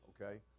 okay